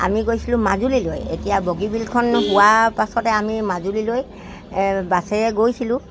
আমি গৈছিলোঁ মাজুলীলৈ এতিয়া বগীবলখন হোৱা পাছতে আমি মাজুলীলৈ বাছেৰে গৈছিলোঁ